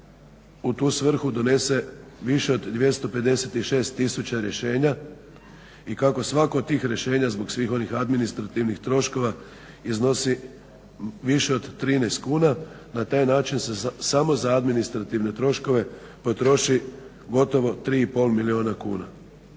u tu svrhu donese više od 256 000 rješenja i kako svako od tih rješenja zbog svih onih administrativnih troškova iznosi više od 13 kuna, na taj način se samo za administrativne troškove potroši gotovo 3,5 milijuna kuna.